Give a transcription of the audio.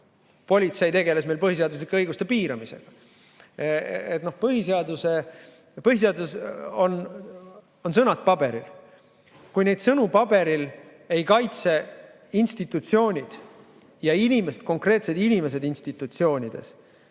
politsei tegeles põhiseaduslike õiguste piiramisega. Põhiseadus on sõnad paberil. Kui neid sõnu paberil ei kaitse institutsioonid ja inimesed, konkreetsed inimesed institutsioonides,